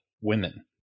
women